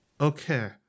Okay